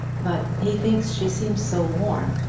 but he thinks she seems so worn.